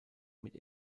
mit